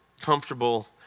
comfortable